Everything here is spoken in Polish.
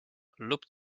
lub